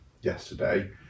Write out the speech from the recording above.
yesterday